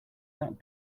that